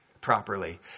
properly